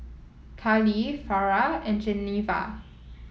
Karlee Farrah and Geneva